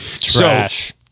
trash